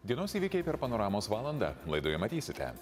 dienos įvykiai per panoramos valandą laidoje matysite